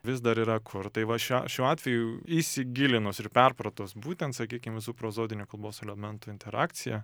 vis dar yra kur tai va šio šiuo atveju įsigilinus ir perpratus būtent sakykim visų prozodinių kalbos elementų interakciją